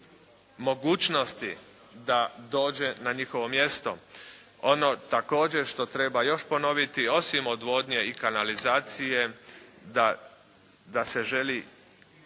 mogućnosti da dođe na njihovo mjesto. Ono također što još treba ponoviti osim odvodnje i kanalizacije da se želi